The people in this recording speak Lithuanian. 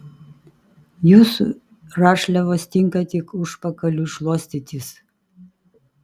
jūsų rašliavos tinka tik užpakaliui šluostytis